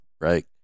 right